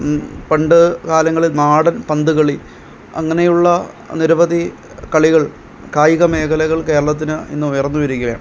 പണ്ട് കാലങ്ങളിൽ നാടൻ പന്ത് കളി അങ്ങനെയുള്ള നിരവധി കളികൾ കായിക മേഖലകൾ കേരളത്തിന് ഇന്നുയർന്ന് വരികയാണ്